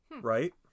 right